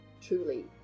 truly